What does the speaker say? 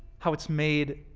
how it's made,